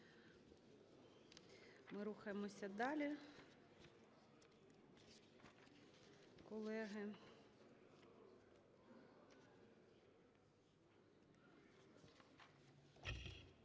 Ми рухаємося далі,